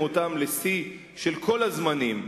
שהבאתם אותם לשיא כל הזמנים,